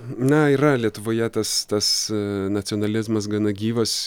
na yra lietuvoje tas tas nacionalizmas gana gyvas